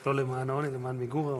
לא למען העוני, למען מיגור העוני.